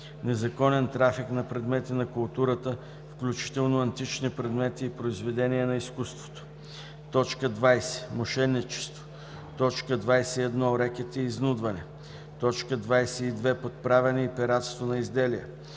незаконен трафик на предмети на културата, включително антични предмети и произведения на изкуството; 20. мошеничество; 21. рекет и изнудване; 22. подправяне и пиратство на изделия;